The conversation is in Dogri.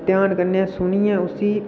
ध्यान कन्नै सुनियै उसी